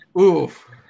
oof